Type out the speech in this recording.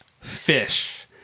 fish